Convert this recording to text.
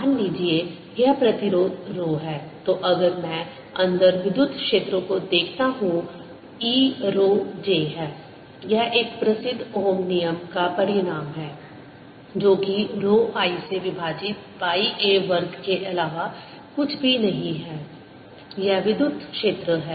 मान लीजिए यह प्रतिरोध रो है तो अगर मैं अंदर विद्युत क्षेत्र को देखता हूं E रो J है यह एक प्रसिद्ध ओह्म नियम का परिणाम है जो कि रो I से विभाजित पाई a वर्ग के अलावा कुछ भी नहीं है यह विद्युत क्षेत्र है